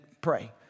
pray